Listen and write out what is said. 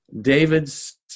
David's